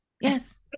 Yes